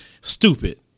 stupid